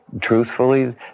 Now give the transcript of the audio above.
truthfully